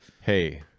hey